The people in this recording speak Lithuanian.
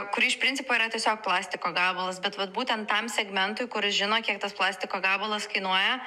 kuri iš principo yra tiesiog plastiko gabalas bet vat būtent tam segmentui kuris žino kiek tas plastiko gabalas kainuoja